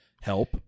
help